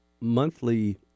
monthly